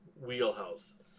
wheelhouse